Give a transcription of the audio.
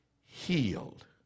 healed